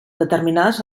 determinades